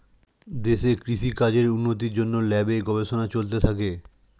দেশে কৃষি কাজের উন্নতির জন্যে ল্যাবে গবেষণা চলতে থাকে